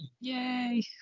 Yay